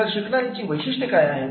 तर शिकणाऱ्या ची वैशिष्ट्ये काय आहेत